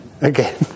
Again